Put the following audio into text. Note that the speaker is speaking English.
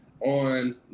on